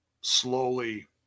slowly